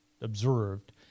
observed